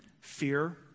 fear